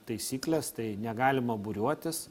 taisyklės tai negalima būriuotis